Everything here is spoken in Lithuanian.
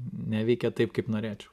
neveikė taip kaip norėčiau